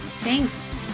Thanks